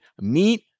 meat